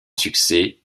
succès